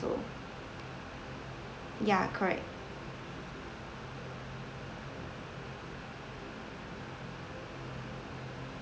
yeah correct